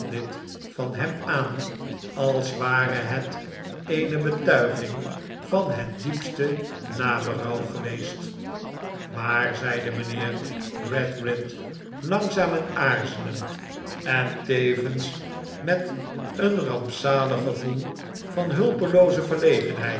van hem aan als ware het eene betuiging van het diepste naberouw geweest maar zeide mijnheer gradgrind langzaam en aarzelend en tevens met een rampzalig gevoel van hulpelooze verlegenheid